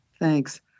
Thanks